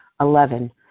Eleven